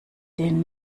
denen